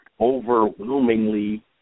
overwhelmingly